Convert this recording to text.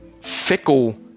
Fickle